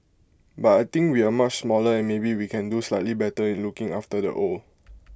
but I think we are much smaller and maybe we can do slightly better in looking after the old